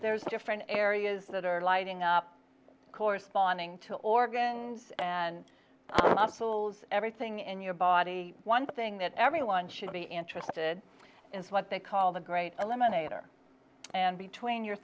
there's different areas that are lighting up corresponding to organs and muscles everything in your body one thing that everyone should be interested in what they call the great eliminator and between your